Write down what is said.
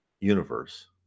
universe